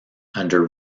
under